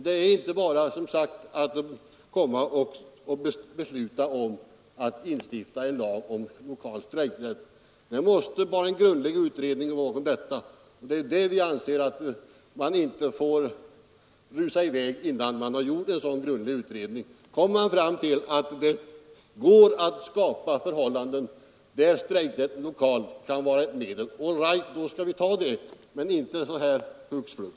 Det är inte bara att besluta om att instifta en lag om lokal strejkrätt. Det måste göras en grundlig utredning om denna fråga. Vi anser att man inte får rusa iväg innan man har gjort en sådan grundlig utredning. Kommer man fram till att lokal strejkrätt kan vara ett medel att skapa bättre förhållanden, all right då skall vi ta det beslutet. Men inte så här hux flux.